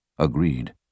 agreed